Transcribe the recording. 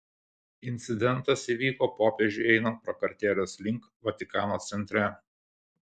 incidentas įvyko popiežiui einant prakartėlės link vatikano centre